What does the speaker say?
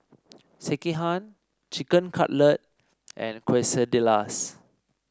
Sekihan Chicken Cutlet and Quesadillas